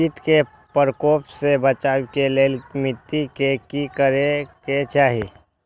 किट के प्रकोप से बचाव के लेल मिटी के कि करे के चाही?